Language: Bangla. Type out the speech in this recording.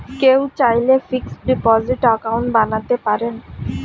কেউ চাইলে ফিক্সড ডিপোজিট অ্যাকাউন্ট বানাতে পারেন